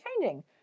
changing